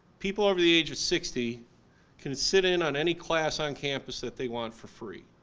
people over the age of sixty can sit in on any class on campus that they want for free.